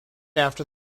after